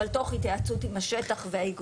אבל תוך התייעצות עם השטח והאיגודים.